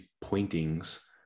pointings